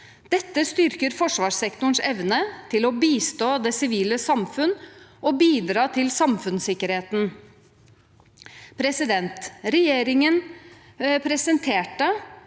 Dette styrker forsvarssektorens evne til å bistå det sivile samfunn og bidra til samfunnssikkerheten. Regjeringen presenterte